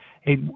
Hey